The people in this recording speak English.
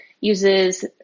uses